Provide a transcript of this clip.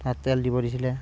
তাত তেল দিব দিছিলে